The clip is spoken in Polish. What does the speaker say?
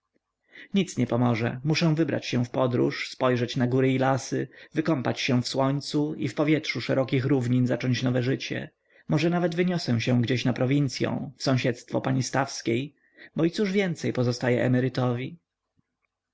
nic nie pomoże muszę wybrać się w podróż spojrzeć na góry i lasy wykąpać się w słońcu i w powietrzu szerokich równin zacząć nowe życie może nawet wyniosę się gdzie na prowincyą w sąsiedztwo pani stawskiej bo i cóż więcej pozostaje emerytowi